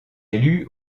élu